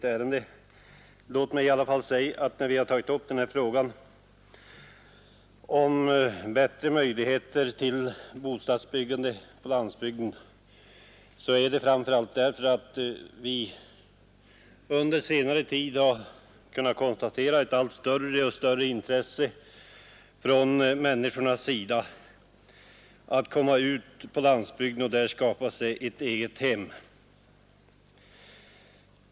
När vi i alla fall vill något diskutera frågan om bättre möjligheter till bostadsbyggande på landsbygden så är det framför allt därför att man på senare tid har kunnat konstatera ett allt större intresse att komma ut på landsbygden och där skapa sig ett eget hem.